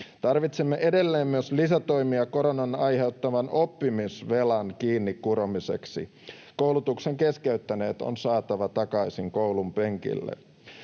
Tarvitsemme edelleen myös lisätoimia koronan aiheuttaman oppimisvelan kiinni kuromiseksi. Koulutuksen keskeyttäneet on saatava takaisin koulunpenkille.